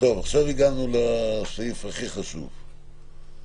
עכשיו הגענו לסעיף החשוב ביותר.